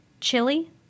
chili